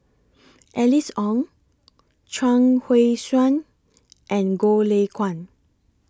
Alice Ong Chuang Hui Tsuan and Goh Lay Kuan